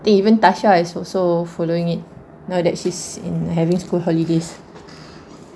eh even tasha is also following it now that she's in having school holidays